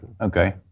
okay